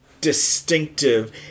distinctive